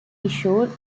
issued